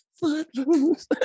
Footloose